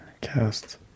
Cast